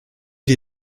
die